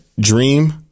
dream